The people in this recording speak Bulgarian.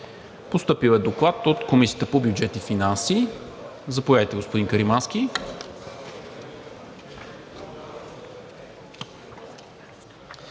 Постъпил е Доклад от Комисията по бюджет и финанси. Заповядайте, господин Каримански.